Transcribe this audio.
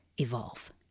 evolve